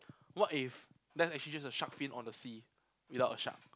what if that's actually just a shark fin on the sea without a shark